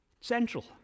Central